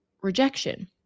rejection